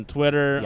Twitter